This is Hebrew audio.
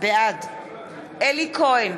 בעד אלי כהן,